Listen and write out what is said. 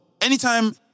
Anytime